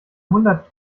hundert